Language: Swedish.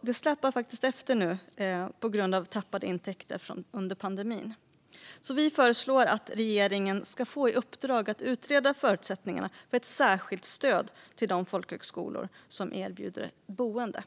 Det släpar nu efter på grund av tappade intäkter under pandemin. Vi föreslår därför att regeringen ska få i uppdrag att utreda förutsättningarna för ett särskilt stöd till de folkhögskolor som erbjuder boende.